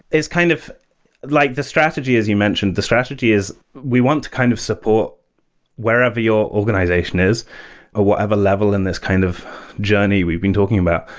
kind of like the strategy, as you mentioned, the strategy is we want to kind of support wherever your organization is or whatever level in this kind of journey we've been talking about.